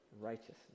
righteousness